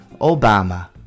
Obama